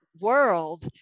world